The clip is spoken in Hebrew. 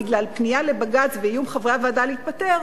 בגלל פנייה לבג"ץ ואיום חברי הוועדה להתפטר,